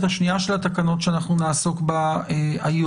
השנייה של התקנות שאנחנו נעסוק בה היום,